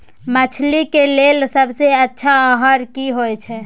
मछली के लेल सबसे अच्छा आहार की होय छै?